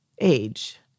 age